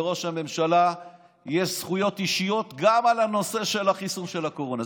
לראש הממשלה יש זכויות אישיות גם על הנושא של החיסון של הקורונה.